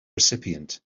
recipient